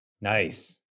Nice